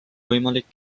võimalik